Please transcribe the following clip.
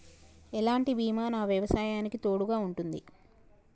ఎలాంటి బీమా నా వ్యవసాయానికి తోడుగా ఉంటుంది?